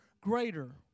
greater